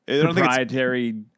proprietary